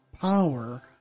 power